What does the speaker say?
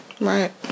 Right